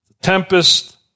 Tempest